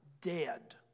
dead